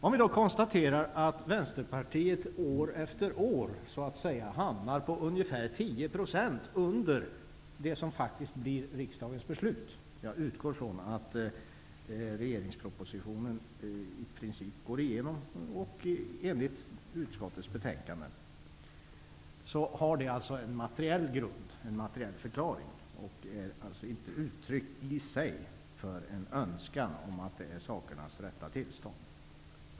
Man kan konstatera att Vänsterpartiets förslag år efter år hamnar på 10 % under det som blir riksdagens beslut. Jag utgår från att regeringens proposition i princip går igenom och att kammaren röstar enligt hemställan i utskottets betänkande. Detta har en materiell grund och förklaring. Det är inte i sig ett uttryck för att detta är sakernas rätta tillstånd.